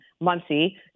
Muncie